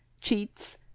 cheats